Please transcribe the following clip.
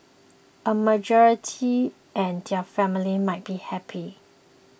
a majority and their family might be happy